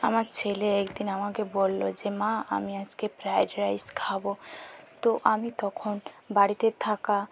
আমার ছেলে একদিন আমাকে বলল যে মা আমি আজকে ফ্রায়েড রাইস খাব তো আমি তখন বাড়িতে থাকা